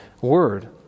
word